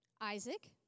Isaac